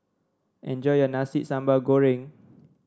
enjoy your Nasi Sambal Goreng